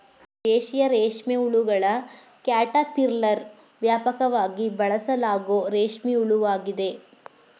ದೇಶೀಯ ರೇಷ್ಮೆಹುಳುಗಳ ಕ್ಯಾಟರ್ಪಿಲ್ಲರ್ ವ್ಯಾಪಕವಾಗಿ ಬಳಸಲಾಗೋ ರೇಷ್ಮೆ ಹುಳುವಾಗಿದೆ